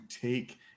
take